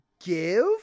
give